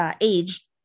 age